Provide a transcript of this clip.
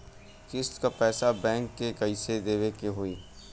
किस्त क पैसा बैंक के कइसे देवे के होई?